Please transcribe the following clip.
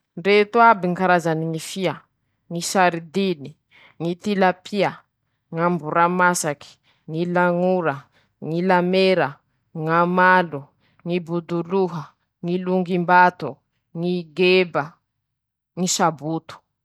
Mety hana ñy karazam-bolo mainty, ñy volo mena ñ'olo kirairaiky iaby, araky ñy fomba fañentean-teña. Mety hisy karazany ñy limy ñy isany ñy volo misy :-Manahaky anizao ñy volo foty, misy ñy volo mena, misy koa ñy volo mainty ;manahaky anizao ñy volo girena, misy koa ñy volomavomavo.